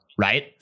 right